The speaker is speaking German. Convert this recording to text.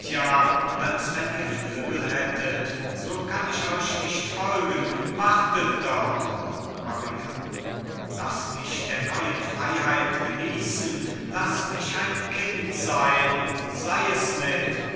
als wenn ihr flügel hättet so kann ich euch nicht folgen wartet doch maria laß mich der neuen freiheit genießen laß mich ein kind sein sei es mit